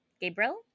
Gabriel